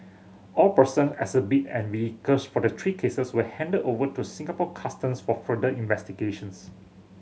all person exhibit and vehicles for the three cases were handed over to Singapore Customs for further investigations